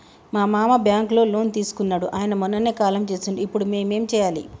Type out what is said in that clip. మా మామ బ్యాంక్ లో లోన్ తీసుకున్నడు అయిన మొన్ననే కాలం చేసిండు ఇప్పుడు మేం ఏం చేయాలి?